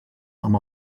amb